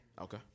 Okay